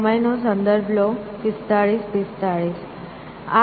આ ઘરની નજીક છે